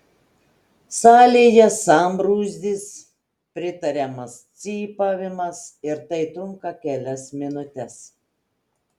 salėje sambrūzdis pritariamas cypavimas ir tai trunka kelias minutes